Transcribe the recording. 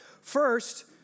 First